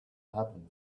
happen